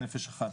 "נפש אחת".